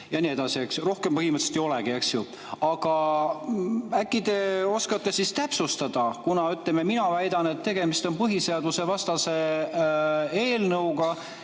ja nii edasi, eks ju. Rohkem põhimõtteliselt ei olegi, eks ju. Aga äkki te oskate siis täpsustada? Kuna, ütleme, mina väidan, et tegemist on põhiseadusevastase eelnõuga,